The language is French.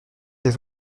des